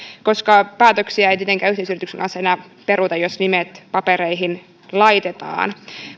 koska päätöksiä ei tietenkään yhteisyrityksen kanssa enää peruta jos nimet papereihin laitetaan